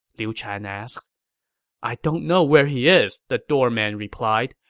liu chan asked i don't know where he is, the doorman replied.